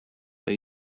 but